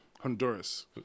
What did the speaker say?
Honduras